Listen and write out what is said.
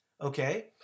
okay